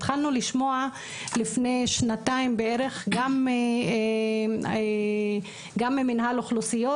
התחלנו לשמוע לפני שנתיים בערך גם ממינהל אוכלוסיות,